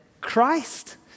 Christ